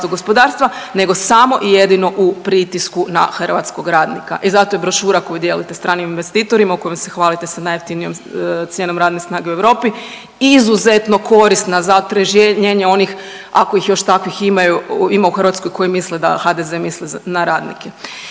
nego samo i jedino u pritisku na hrvatskog radnika i zato je brošura koju dijelite stranim investitorima u kojoj se hvalite sa najjeftinijom cijenom radne snage u Europi izuzetno korisna za otriježnjenje onih, ako ih još takvih ima u Hrvatskoj koji misle da HDZ misli na radnike.